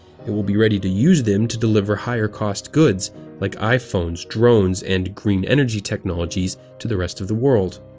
it will be ready to use them to deliver higher-cost goods like iphones, drones, and green energy technologies to the rest of the world.